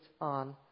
on